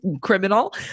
criminal